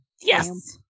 Yes